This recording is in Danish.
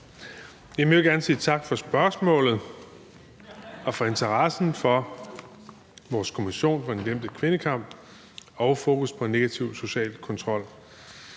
Jeg vil gerne sige tak for spørgsmålet og for interessen for Kommissionen for den glemte kvindekamp og fokus på negativ social kontrol.